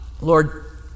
Lord